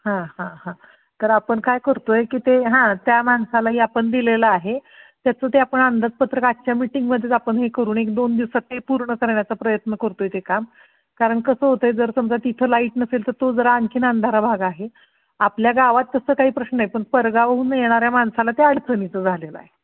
हां हां हां कारण आपण काय करतो आहे की ते हां त्या माणसालाही आपण दिलेलं आहे त्याचं ते आपण अंदाजपत्रक आजच्या मीटिंगमध्येच आपण हे करून एक दोन दिवसात ते पूर्ण करण्याचा प्रयत्न करतो आहे ते काम कारण कसं होतं आहे जर समजा तिथं लाईट नसेल तर तो जरा आणखीन अंधार भाग आहे आपल्या गावात तसं काही प्रश्न नाही पण परगावाहून येणाऱ्या माणसाला ते अडचणीचं झालेलं आहे